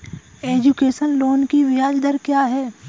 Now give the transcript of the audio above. Education loan की ब्याज दर क्या है?